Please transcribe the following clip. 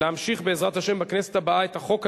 להמשיך בעזרת השם בכנסת הבאה את החוק הזה,